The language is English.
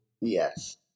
Yes